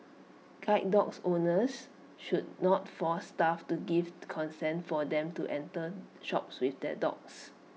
guide dogs owners should not force staff to give consent for them to enter shops with their dogs